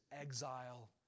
exile